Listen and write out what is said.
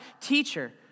teacher